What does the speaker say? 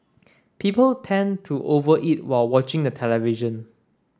people tend to over eat while watching the television